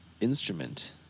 instrument